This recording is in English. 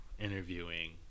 interviewing